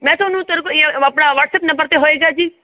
ਮੈਂ ਤੁਹਾਨੂੰ ਤੇਰੇ ਕੋਲ ਇਹ ਆਪਣਾ ਵਟਸਐਪ ਨੰਬਰ 'ਤੇ ਹੋਏਗਾ ਜੀ